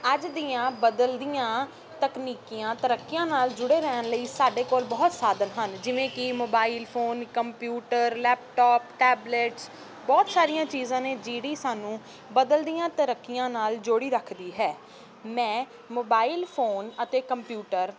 ਅੱਜ ਦੀਆਂ ਬਦਲਦੀਆਂ ਤਕਨੀਕੀਆਂ ਤਰੱਕੀਆਂ ਨਾਲ ਜੁੜੇ ਰਹਿਣ ਲਈ ਸਾਡੇ ਕੋਲ ਬਹੁਤ ਸਾਧਨ ਹਨ ਜਿਵੇਂ ਕਿ mobile phone computer laptop tablets ਬਹੁਤ ਸਾਰੀਆਂ ਚੀਜ਼ਾਂ ਨੇ ਜਿਹੜੀ ਸਾਨੂੰ ਬਦਲਦੀਆਂ ਤਰੱਕੀਆਂ ਨਾਲ ਜੋੜੀ ਰੱਖਦੀ ਹੈ ਮੈਂ ਮੋਬਾਈਲ ਫੋਨ ਅਤੇ ਕੰਪਿਊਟਰ